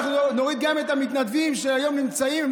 אנחנו נוריד גם את המתנדבים שנמצאים היום,